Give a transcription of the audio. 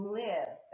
live